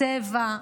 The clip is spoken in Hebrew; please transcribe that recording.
צבע,